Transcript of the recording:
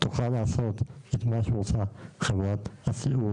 תוכל להפנות את מה שהיא עושה לחברת הסיעוד